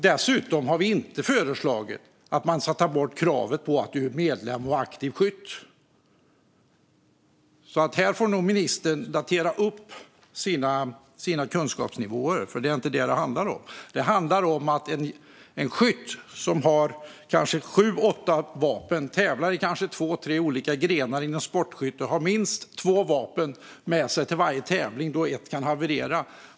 Vi har heller inte föreslagit att ta bort kravet på att vara medlem och aktiv skytt. Här får nog ministern uppdatera sina kunskapsnivåer, för det är inte detta det handlar om. En skytt har kanske sju eller åtta vapen och tävlar i två till tre olika sportskyttegrenar. Han har minst två vapen med sig till varje tävling eftersom ett kan haverera.